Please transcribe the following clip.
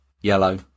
yellow